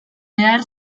behar